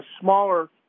smaller